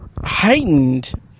heightened